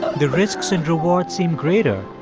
the risks and rewards seem greater,